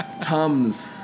Tums